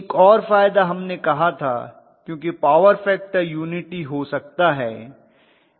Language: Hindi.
एक और फायदा हमने कहा था क्योंकि पॉवर फैक्टर यूनिटी हो सकता है